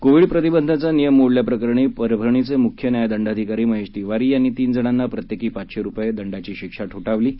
Covid प्रतिबंधाचा नियम मोडल्याप्रकरणी परभणीचे मुख्य न्याय दंडाधिकारी महेश तिवारी यांनी तीन जणांना प्रत्येकी पाचशे रुपये दंडाची शिक्षा ठोठावली आहे